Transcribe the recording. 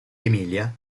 emilia